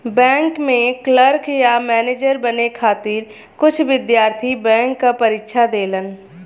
bank में clerk या manager बने खातिर कुछ विद्यार्थी बैंक क परीक्षा देवलन